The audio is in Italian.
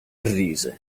rise